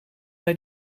bij